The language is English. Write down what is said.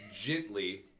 gently